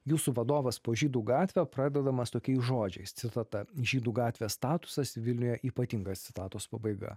jūsų vadovas po žydų gatvę pradedamas tokiais žodžiais citata žydų gatvė statusas vilniuje ypatingas citatos pabaiga